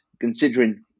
considering